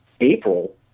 April